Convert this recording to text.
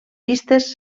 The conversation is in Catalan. vistes